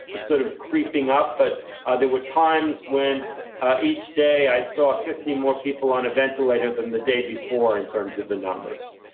it's, sort of, creeping up. but there were times when each day i saw fifty more people on a ventilator than the day before in terms of the numbers.